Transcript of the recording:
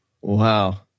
Wow